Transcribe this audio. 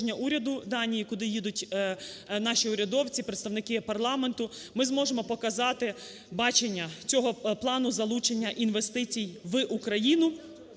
Данії, куди їдуть наші урядовці, представники парламенту. Ми зможемо показати бачення цього плану залучення інвестицій в Україну